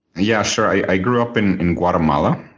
yeah, sure. i grew up in in guatemala,